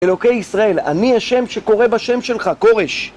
אלוקי ישראל, אני ה' שקורא בשם שלך, כורש!